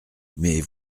mais